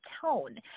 tone